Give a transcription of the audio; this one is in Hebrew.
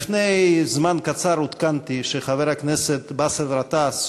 לפני זמן מה עודכנתי שחבר הכנסת באסל גטאס,